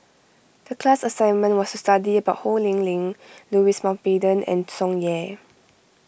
the class assignment was to study about Ho Lee Ling Louis Mountbatten and Tsung Yeh